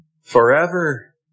forever